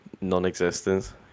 non-existence